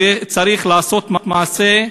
צריך לעשות מעשה,